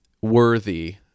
worthy